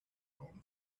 own